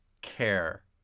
care